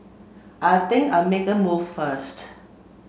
I think I make a move first